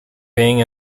being